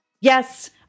Yes